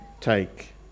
take